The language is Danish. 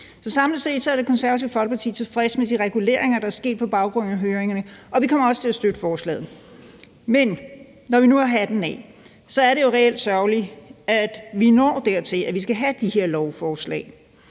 samlet set er Det Konservative Folkeparti tilfreds med de reguleringer, der er sket på baggrund af høringerne, og vi kommer også til at støtte forslaget. Men når vi nu har hatten af, er det jo reelt sørgeligt, at vi når dertil, at vi skal have de her lovforslag.